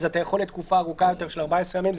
אתה יכול לתקופה ארוכה יותר של 14 ימים.